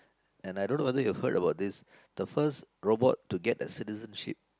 and I don't know whether you heard about this the first robot to get a citizenship